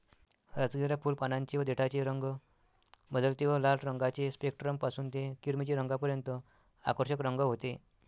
राजगिरा फुल, पानांचे व देठाचे रंग बदलते व लाल रंगाचे स्पेक्ट्रम पासून ते किरमिजी रंगापर्यंत आकर्षक रंग होते